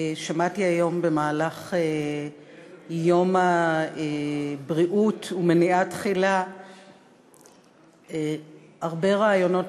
שמעתי היום במהלך יום הבריאות ומניעה תחילה הרבה רעיונות